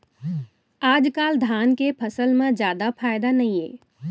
आजकाल धान के फसल म जादा फायदा नइये